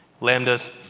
Lambda's